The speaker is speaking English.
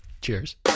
Cheers